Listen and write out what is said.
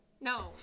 No